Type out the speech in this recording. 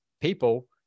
people